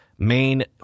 Main